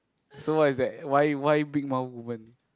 so what is that why why big mouth woman